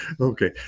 okay